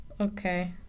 Okay